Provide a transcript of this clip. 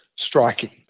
Striking